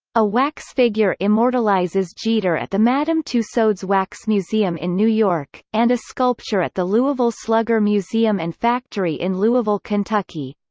a wax figure immortalizes jeter at the madame tussauds wax museum in new york, and a sculpture at the louisville slugger museum and factory in louisville, kentucky.